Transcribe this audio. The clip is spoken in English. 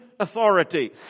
authority